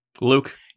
Luke